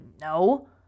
No